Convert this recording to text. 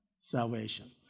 Salvation